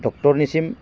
डक्टरनिसिम